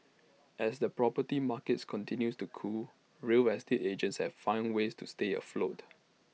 as the property markets continues to cool real estate agents have find ways to stay afloat